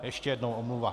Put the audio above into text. Ještě jednou omluva.